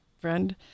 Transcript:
friend